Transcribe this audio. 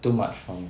too much for me